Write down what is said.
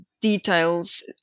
details